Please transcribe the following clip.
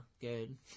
Good